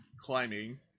climbing